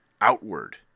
outward